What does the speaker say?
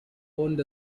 owned